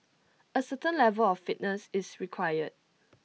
A certain level of fitness is required